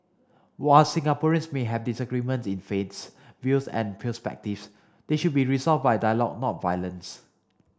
while Singaporeans may have disagreement in faiths views and perspectives they should be resolved by dialogue not violence